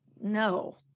No